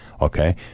Okay